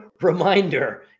reminder